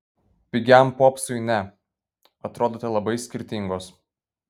pigiam popsui ne atrodote labai skirtingos